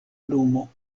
lumo